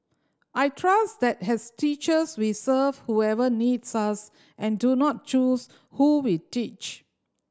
I trust that has teachers we serve whoever needs us and do not choose who we teach